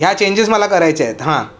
ह्या चेंजेस मला करायचे आहेत हां